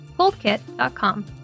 goldkit.com